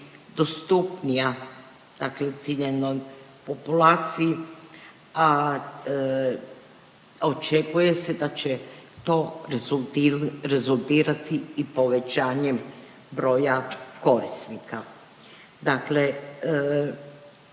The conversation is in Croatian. dostupnija, dakle ciljanoj populaciji. A očekuje se da će to rezultirati i povećanjem broja korisnika.